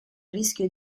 rischio